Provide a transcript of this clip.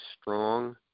strong